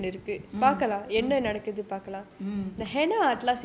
mm mm